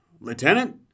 Lieutenant